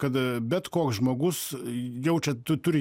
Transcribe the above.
kada bet koks žmogus jau čia tu turi